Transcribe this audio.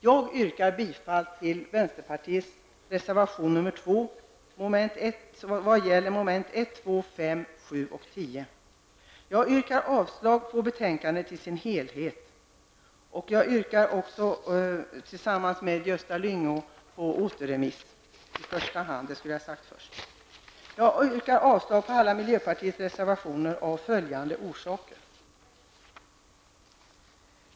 Jag yrkar bifall till vänsterpartiets reservation nr 2 vad gäller momenten 1, 2, 5, 7 och 10. Sedan yrkar jag avslag på hemställan i betänkandet i dess helhet. Men i första hand yrkar jag tillsammans med Gösta Lyngå på återremiss. Jag yrkar alltså avslag på miljöpartiets samtliga reservationer. Jag skall i det följande tala om orsaken till detta.